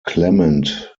clement